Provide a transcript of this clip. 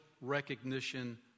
recognition